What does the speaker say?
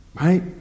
Right